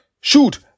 shoot